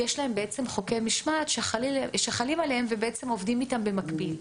יש להן חוקי משמעת שחלים עליהם ועובדים איתם במקביל.